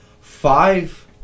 Five